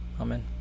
Amen